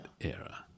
era